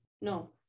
No